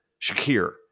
Shakir